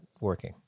working